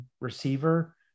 receiver